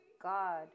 God